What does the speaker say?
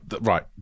Right